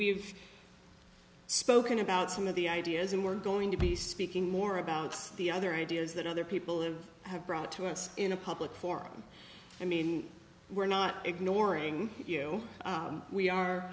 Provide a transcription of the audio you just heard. we've spoken about some of the ideas and we're going to be speaking more about the other ideas that other people have brought to us in a public forum i mean we're not ignoring you we are